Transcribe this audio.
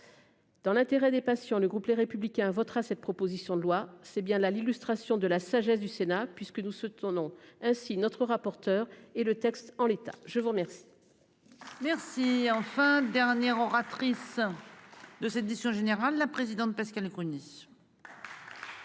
Dans l'intérêt des patients. Le groupe Les Républicains votera cette proposition de loi. C'est bien là l'illustration de la sagesse du Sénat puisque nous soutenons. Ainsi notre rapporteur et le texte en l'état, je vous remercie. Merci. Enfin dernière oratrice. De cette décision générale la présidente Pascale Gruny.